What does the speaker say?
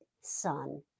son